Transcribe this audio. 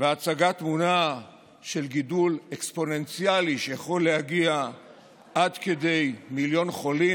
והצגת תמונה של גידול אקספוננציאלי שיכול להגיע עד כדי מיליון חולים